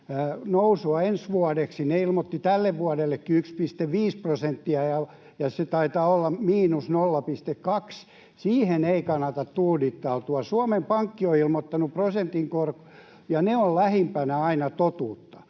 noususta ensi vuodeksi, he ilmoittivat tällekin vuodelle 1,5 prosenttia, ja se taitaa olla miinus 0,2 — siihen ei kannata tuudittautua. Suomen Pankki on ilmoittanut prosentista, ja he ovat aina lähimpänä totuutta.